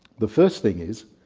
the first thing is,